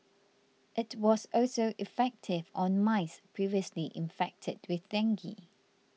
it was also effective on mice previously infected with dengue